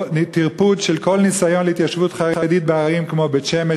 טרפוד של כל ניסיון להתיישבות חרדית בערים כמו בית-שמש.